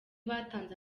batanze